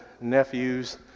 nephews